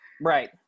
Right